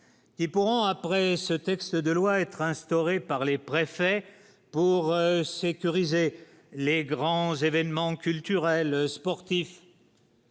pourront après ce texte de loi être instauré par les préfets pour sécuriser les grands événements culturels, sportifs.